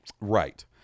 Right